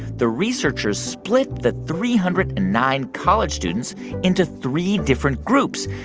the researchers split the three hundred and nine college students into three different groups.